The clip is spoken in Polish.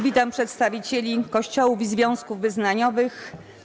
Witam przedstawicieli Kościołów i związków wyznaniowych.